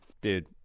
Dude